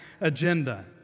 agenda